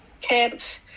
camps